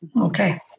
Okay